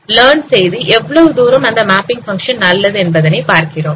learn செய்து எவ்வளவு தூரம் அந்த மேப்பிங் பங்க்ஷன் நல்லது என்பதனை பார்க்கிறோம்